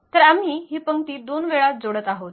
तर आम्ही हि पंक्ती दोन वेळा जोडत आहोत